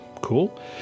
cool